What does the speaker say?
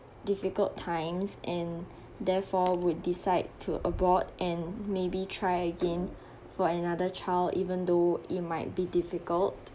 difficult times and therefore would decide to abort and maybe try again for another child even though it might be difficult